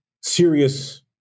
serious